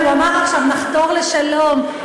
הוא אמר עכשיו: נחתור לשלום,